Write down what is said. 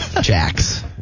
Jax